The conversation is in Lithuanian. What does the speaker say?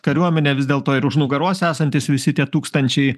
kariuomenė vis dėlto ir už nugaros esantys visi tie tūkstančiai